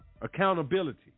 Accountability